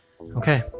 Okay